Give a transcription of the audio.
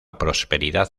prosperidad